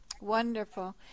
wonderful